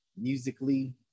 musically